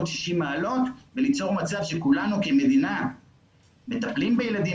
מעלות וליצור מצב שכולנו כמדינה מטפלים בילדים